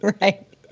Right